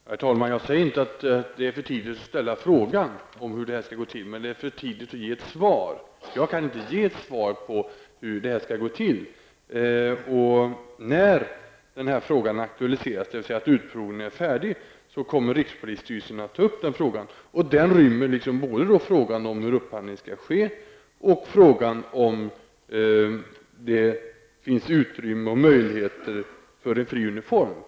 Herr talman! Jag säger inte att det är för tidigt att ställa frågan om hur detta skall gå till, men det är för tidigt att ge ett svar. Jag kan inte svara på hur det här skall gå till. När frågan aktualiseras, dvs. när utprovningen är färdig, kommer rikspolisstyrelsen att ta upp den. Det gäller då både frågan om hur upphandlingen skall ske och frågan om det finns utrymme för en fri uniform.